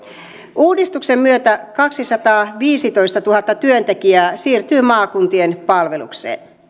uudistuksen myötä kaksisataaviisitoistatuhatta työntekijää siirtyy maakuntien palvelukseen